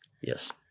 Yes